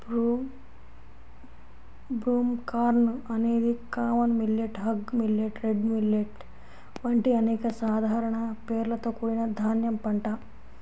broomcorn అనేది common millet, hog millet, red millet వంటి అనేక సాధారణ పేర్లతో కూడిన ధాన్యం పంట